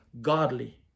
godly